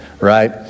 right